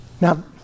Now